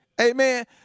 Amen